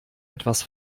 etwas